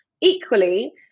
Equally